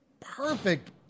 Perfect